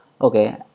Okay